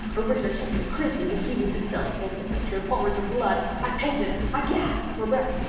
a richer tint of crimson diffused itself over the pictured horrors of blood. i panted! i gasped for breath!